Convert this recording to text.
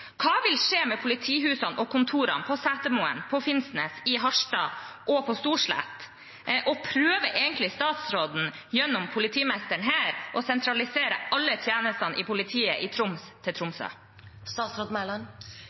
Hva vil skje med politihusene og kontorene på Setermoen, på Finnsnes, i Harstad og på Storslett? Og prøver egentlig statsråden gjennom politimesteren her å sentralisere alle tjenestene i politiet i Troms til